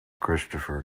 christopher